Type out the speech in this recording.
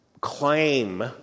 claim